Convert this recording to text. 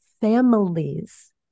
families